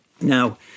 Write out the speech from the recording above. Now